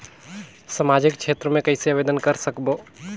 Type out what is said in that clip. समाजिक क्षेत्र मे कइसे आवेदन कर सकबो?